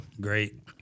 Great